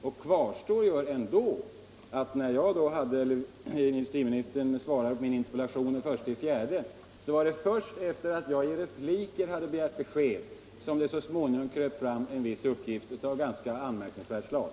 Då kvarstår ändå att när industriministern svarade på min interpellation den 1 april så var det först efter att jag i repliker hade begärt besked som det så småningom kröp fram en viss uppgift av ganska anmärkningsvärt slag.